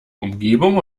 umgebung